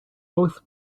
both